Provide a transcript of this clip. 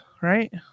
right